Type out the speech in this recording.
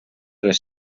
les